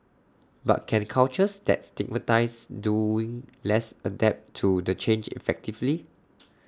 but can cultures that stigmatise doing less adapt to the change effectively